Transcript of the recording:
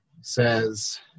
Says